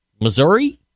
Missouri